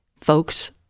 folks